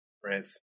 france